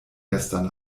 gestern